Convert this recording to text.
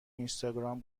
اینستاگرام